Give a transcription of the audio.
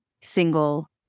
single